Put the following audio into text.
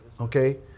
okay